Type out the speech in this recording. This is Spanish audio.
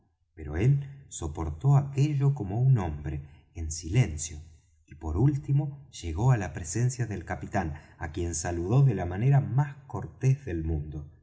pero él soportó aquello como un hombre en silencio y por último llegó á la presencia del capitán á quien saludó de la manera más cortés del mundo